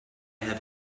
have